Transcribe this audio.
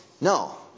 no